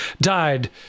died